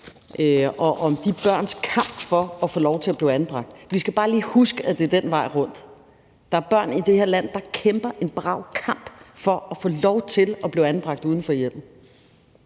og om de børns kamp for at få lov til at blive anbragt. Vi skal bare lige huske, at det er den vej rundt. Der er børn i det her land, der kæmper en brav kamp for at få lov til at blive anbragt uden for hjemmet,